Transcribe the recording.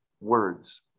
words